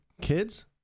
kids